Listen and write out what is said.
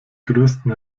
größten